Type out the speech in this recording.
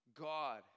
God